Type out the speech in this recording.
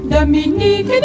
Dominique